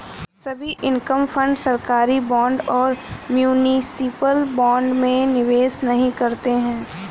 सभी income fund सरकारी bond और म्यूनिसिपल बॉन्ड में निवेश नहीं करते हैं